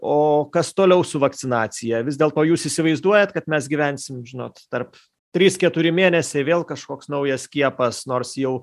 o kas toliau su vakcinacija vis dėlto jūs įsivaizduojat kad mes gyvensim žinot tarp trys keturi mėnesiai vėl kažkoks naujas skiepas nors jau